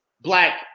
black